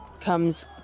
comes